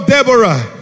Deborah